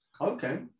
Okay